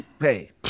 hey